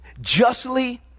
justly